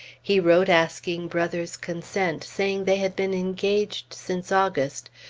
he wrote asking brother's consent, saying they had been engaged since august,